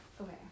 Okay